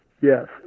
Yes